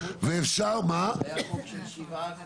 היה חוק של 7%,